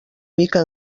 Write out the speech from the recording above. mica